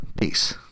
Peace